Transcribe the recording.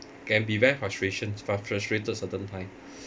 can be very frustrations frus~ frustrated certain time